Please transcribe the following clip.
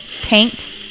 Paint